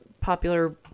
popular